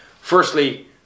Firstly